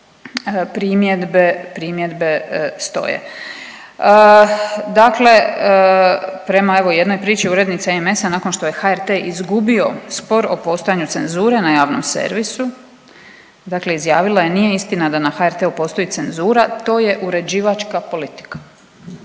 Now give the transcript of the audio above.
primjedbe stoje. Dakle, prema evo jednoj priči urednice EMS-a nakon što je HRT izgubio spor o postojanju cenzure na javnom servisu, dakle izjavila je nije istina da na HRT-u postoji cenzura to je uređivačka politika.